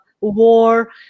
war